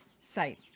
site